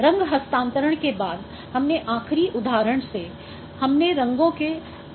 रंग हस्तांतरण के बाद हमने आखिरी उदाहरण से हमने रंगों के अंतर्वेशन पर चर्चा की है